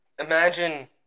Imagine